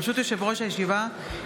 ברשות יושב-ראש הישיבה,